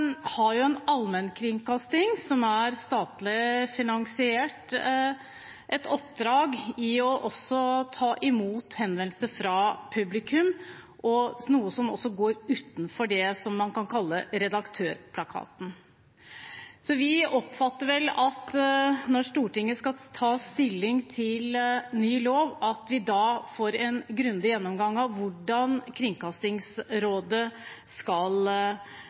har en statlig finansiert allmennkringkasting også et oppdrag i å ta imot henvendelser fra publikum, noe som går utenfor det man kan kalle redaktørplakaten. Vi oppfatter at når Stortinget skal ta stilling til ny lov, får vi en grundig gjennomgang av hvordan Kringkastingsrådet skal